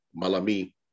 Malami